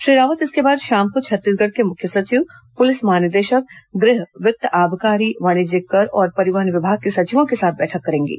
श्री रावत इसके बाद शाम को छत्तीसगढ़ के मुख्य सचिव पुलिस महानिदेशक गृह वित्त आबकारी वाणिज्यिक कर औरं परिवहन विभाग के सचिवों के साथ बैठक करेंगे